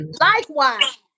Likewise